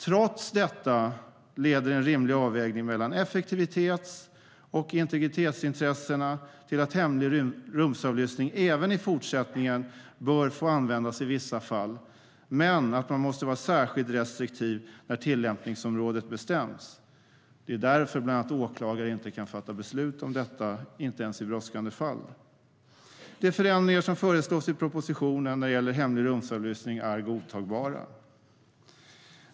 Trots detta leder en rimlig avvägning mellan effektivitets och integritetsintressena till att hemlig rumsavlyssning även i fortsättningen bör få användas i vissa fall men att man måste vara särskilt restriktiv när tillämpningsområdet bestäms. Det är bland annat därför åklagare inte kan fatta beslut om detta, inte ens i brådskande fall. De förändringar som föreslås i propositionen när det gäller hemlig rumsavlyssning är godtagbara.